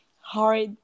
hard